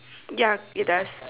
ya it does